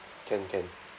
can can